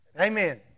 Amen